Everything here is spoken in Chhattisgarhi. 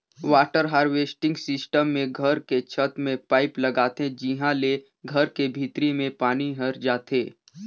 वाटर हारवेस्टिंग सिस्टम मे घर के छत में पाईप लगाथे जिंहा ले घर के भीतरी में पानी हर जाथे